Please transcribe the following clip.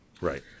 Right